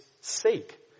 seek